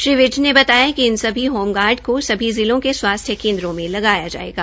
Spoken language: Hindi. श्री विज ने बताया कि इन सभी होमगार्ड को सभी जिलों के स्वास्थ्य केन्द्रों मे लगाया जायेगा